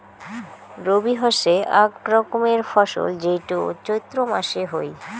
রবি হসে আক রকমের ফসল যেইটো চৈত্র মাসে হই